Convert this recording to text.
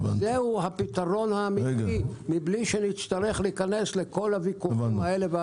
זה הפתרון האמיתי מבלי שנצטרך להיכנס לכל הוויכוחים הללו.